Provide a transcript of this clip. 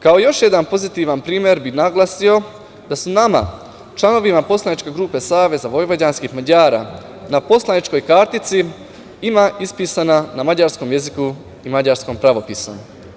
Kao još jedan pozitivan primer bi naglasio da su nama članovima poslaničke grupe SVM na poslaničkoj kartici imena ispisana na mađarskom jeziku i mađarskom pravopisu.